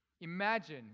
Imagine